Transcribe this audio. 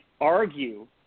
argue